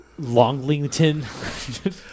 Longlington